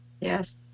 Yes